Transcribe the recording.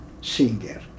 singer